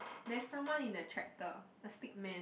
there's someone in the tractor the stickman